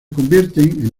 convierten